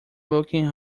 looking